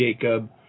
Jacob